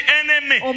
enemy